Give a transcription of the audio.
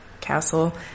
castle